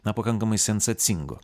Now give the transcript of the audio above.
na pakankamai sensacingo